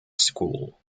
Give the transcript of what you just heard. school